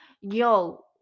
Yo